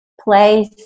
place